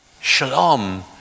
Shalom